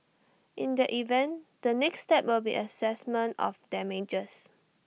in that event the next step will be Assessment of damages